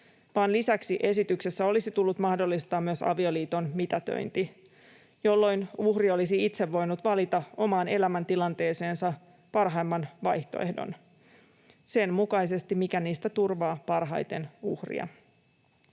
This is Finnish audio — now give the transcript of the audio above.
lisäksi esityksessä olisi tullut mahdollistaa myös avioliiton mitätöinti, jolloin uhri olisi itse voinut valita omaan elämäntilanteeseensa parhaimman vaihtoehdon sen mukaisesti, mikä niistä turvaa parhaiten uhria.